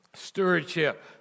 Stewardship